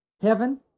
heaven